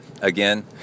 again